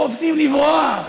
מחפשים לברוח.